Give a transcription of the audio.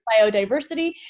Biodiversity